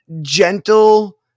gentle